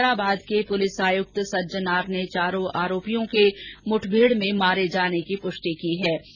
साइबराबाद के पुलिस आयुक्त सज्जनार ने चारों आरोपियों के मुठभेड़ में मारे जाने की पुष्टि की है